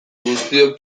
guztiok